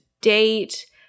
date